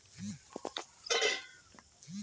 इन बीजो का इस्तेमाल पिग्मेंटेशन को भी रोका जा सकता है